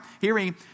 hearing